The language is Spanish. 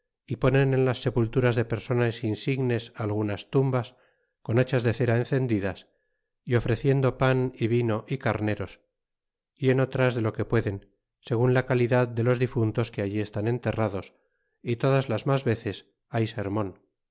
y ponen en las sepulturas de personas insignes algunas tumbas con hachas de cera encendidas y ofreciendo pan y vino y carneros y en otras de lo que pueden segun la calidad de los difuntos que allí estan enterrados y todas las mas veces hay ser